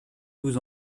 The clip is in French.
vous